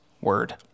word